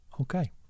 Okay